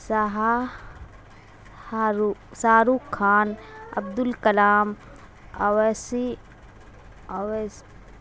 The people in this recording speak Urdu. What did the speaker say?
سح ہارو ش روخ خان عبدالکلام عویسی اویس